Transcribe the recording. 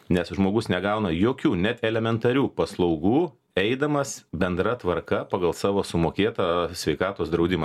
nes žmogus negauna jokių net elementarių paslaugų eidamas bendra tvarka pagal savo sumokėtą sveikatos draudimą